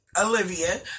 Olivia